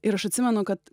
ir aš atsimenu kad